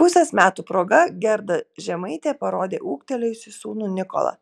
pusės metų proga gerda žemaitė parodė ūgtelėjusį sūnų nikolą